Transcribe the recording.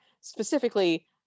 specifically